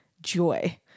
joy